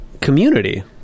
community